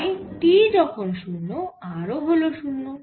তাই t যখন 0 r হল 0